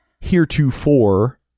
Heretofore